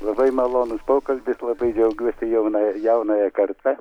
labai malonus pokalbis labai džiaugiuosi jauna ir jaunąja karta